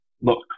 look